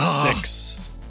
Six